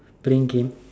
playing game